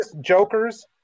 Jokers